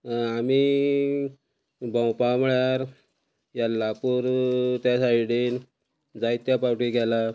आमी भोंवपा म्हळ्यार येल्ला त्या सायडीन जायत्या पावटी गेला